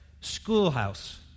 schoolhouse